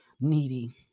needy